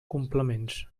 complements